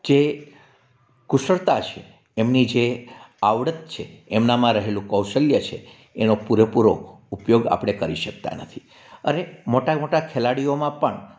જે કુશળતા છે એમની જે આવડત છે એમનામાં રહેલું કૌશલ્ય છે એનો પૂરેપૂરો ઉપયોગ આપળે કરી શકતા નથી અરે મોટા મોટા ખેલાડીઓમાં પણ